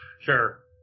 Sure